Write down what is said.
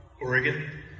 Oregon